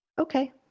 Okay